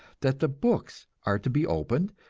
that the books are to be opened,